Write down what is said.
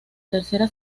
tercera